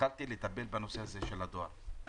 התחלתי לטפל בנושא הזה של הדואר.